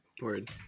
Word